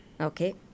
Okay